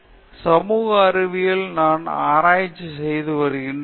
சுவாதி சமூக அறிவியலில் நான் ஆராய்ச்சி செய்து வருகிறேன்